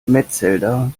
metzelder